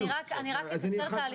אני רק אקצר תהליכים ואני אומר,